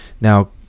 now